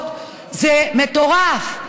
זה מטורף.